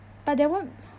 but that one